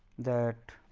that